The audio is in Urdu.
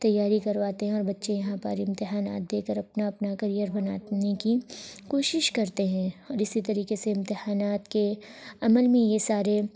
تیاری کرواتے ہیں اور بچے یہاں پر امتحانات دے کر اپنا اپنا کریئر بنانے کی کوشش کرتے ہیں اور اسی طریقے سے امتحانات کے عمل میں یہ سارے